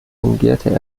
fungierte